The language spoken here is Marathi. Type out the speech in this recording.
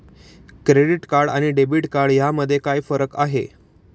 क्रेडिट कार्ड आणि डेबिट कार्ड यामध्ये काय फरक आहे?